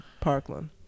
Parkland